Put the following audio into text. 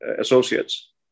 associates